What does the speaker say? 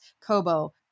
Kobo